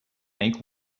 make